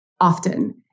often